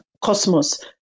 Cosmos